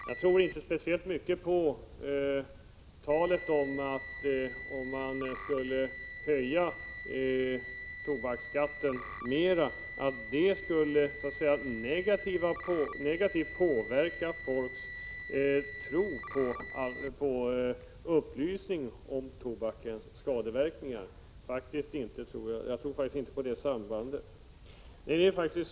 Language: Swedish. Jag tror inte heller speciellt mycket på talet om att en höjning av tobaksskatten med mer än 4 öre skulle så att säga negativt påverka folks tro på upplysning om tobakens skadeverkningar. Jag anser att det faktiskt inte finns något samband därvidlag.